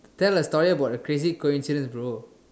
tell a story about a crazy coincidence bro